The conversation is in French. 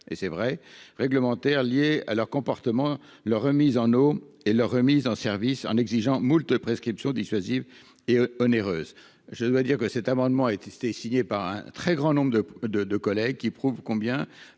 et c'est vrai réglementaires liées à leur comportement, leur remise en haut et leur remise en service, en exigeant moultes prescription dissuasive et onéreuse, je dois dire que cet amendement a été c'était signé par un très grand nombre de, de, de collègues qui prouve combien